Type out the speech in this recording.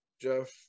jeff